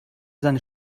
seine